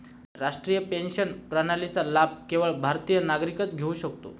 राष्ट्रीय पेन्शन प्रणालीचा लाभ केवळ भारतीय नागरिकच घेऊ शकतो